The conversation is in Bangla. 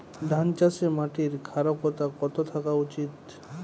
ধান চাষে মাটির ক্ষারকতা কত থাকা উচিৎ?